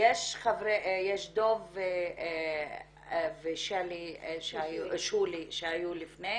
דב ושולי היו לפני.